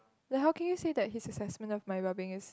like how can you say that his assessment of my welbeing is